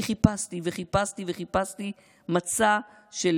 אני חיפשתי וחיפשתי וחיפשתי מצע של